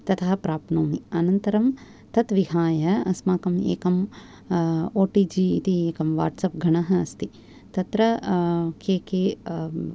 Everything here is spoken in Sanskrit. ततः प्राप्नोमि अनन्तरं तत् विहाय अस्माकम् एकं ओ टि जि इति एकं वाट्सप् गणः अस्ति तत्र के के